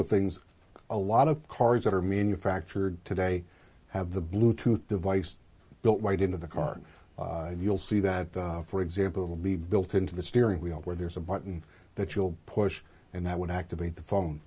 of things a lot of cars that are mean you fractured today have the bluetooth device built right into the car you'll see that for example it will be built into the steering wheel where there's a button that you'll push and that would activate the phone